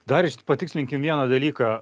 dar patikslinkim vieną dalyką